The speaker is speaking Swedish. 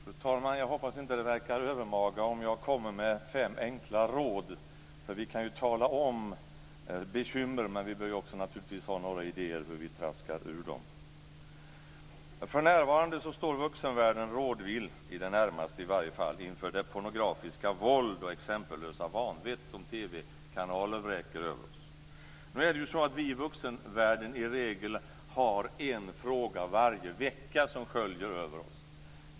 Fru talman! Jag hoppas att det inte verkar övermaga om jag kommer med fem enkla råd. Vi kan tala om bekymmer, men vi behöver naturligtvis också ha några idéer om hur vi traskar ur dem. För närvarande står vuxenvärlden rådvill, eller i det närmaste i alla fall, inför det pornografiska våld och exempellösa vanvett som TV-kanaler vräker över oss. Vi i vuxenvärlden har i regel en fråga varje vecka som sköljer över oss.